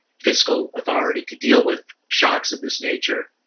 fiscal authority to deal with shocks of this nature.